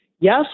Yes